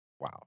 wow